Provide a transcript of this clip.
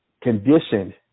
conditioned